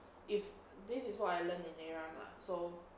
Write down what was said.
if this is what I learnt in arena lah so